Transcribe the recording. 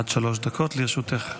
עד שלוש דקות לרשותך.